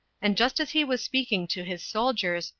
and just as he was speaking to his soldiers,